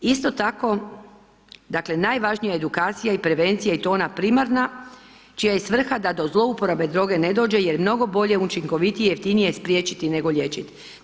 Isto tako, dakle najvažnija je edukacija i prevencija i to ona primarna čija je svrha da do zlouporabe droge ne dođe jer mnogo je bolje, učinkovitije i jeftinije spriječiti nego liječiti.